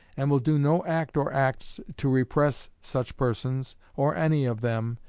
and will do no act or acts to repress such persons, or any of them,